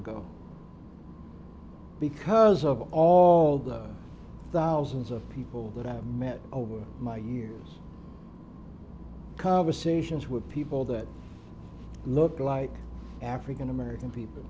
ago because of all those thousands of people that i've met over my years conversations with people that look like african american people